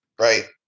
right